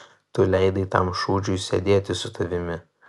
tu leidai tam šūdžiui sėdėti su tavimi